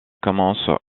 commence